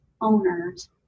owners